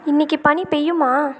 இன்னைக்கு பனி பெய்யுமா